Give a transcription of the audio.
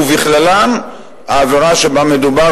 ובכללן העבירה שבה מדובר,